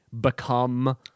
become